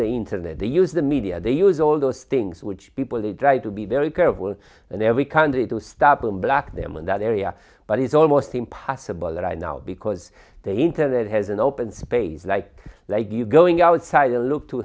the internet they use the media they use all those things which people they try to be very careful and every country to stop them black them in that area but it's almost impossible right now because the internet has an open space like like you going outside a look to